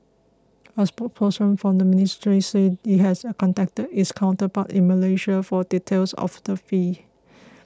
a spokesperson from the ministry said it has contacted its counterparts in Malaysia for details of the fee